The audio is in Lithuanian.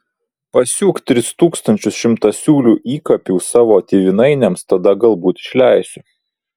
pasiūk tris tūkstančius šimtasiūlių įkapių savo tėvynainiams tada galbūt išleisiu